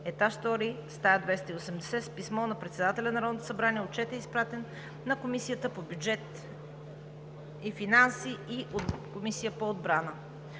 ет. 2, стая 280. С писмо на председателя на Народното събрание Отчетът е изпратен на Комисията по бюджет и финанси и на Комисията по отбрана.